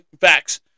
Facts